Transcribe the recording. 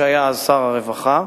שהיה שר הרווחה.